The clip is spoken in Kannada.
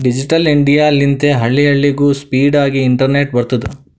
ಡಿಜಿಟಲ್ ಇಂಡಿಯಾ ಲಿಂತೆ ಹಳ್ಳಿ ಹಳ್ಳಿಗೂ ಸ್ಪೀಡ್ ಆಗಿ ಇಂಟರ್ನೆಟ್ ಬರ್ತುದ್